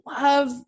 love